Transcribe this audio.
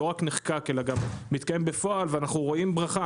לא רק נחקק אלא גם מתקיים בפועל ואנחנו רואים ברכה.